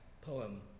poem